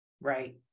Right